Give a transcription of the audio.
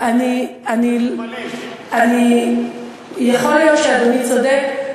יכול להיות שאדוני צודק.